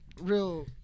Real